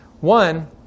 One